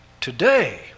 Today